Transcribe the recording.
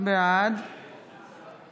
בעד